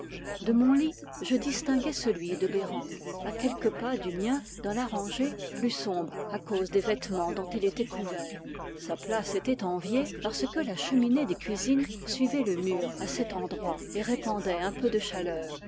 de mon lit je distinguais celui de bereng à quelques pas du mien dans la rangée plus sombre à cause des vêtements dont il était couvert sa place était enviée parce que la cheminée des cuisines suivait le mur à cet endroit et répandait un peu de chaleur